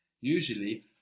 Usually